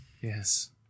Yes